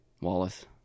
Wallace